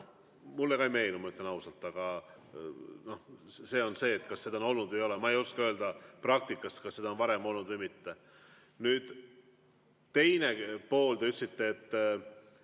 Mulle ka ei meenu, ma ütlen ausalt, aga see on see, et kas seda on olnud või ei ole. Ma ei oska öelda, kas praktikas seda on varem olnud või mitte. Nüüd teine pool. Te ütlesite, et